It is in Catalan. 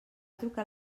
trucat